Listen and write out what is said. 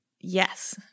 Yes